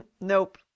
Nope